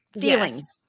feelings